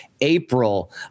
April